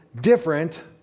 different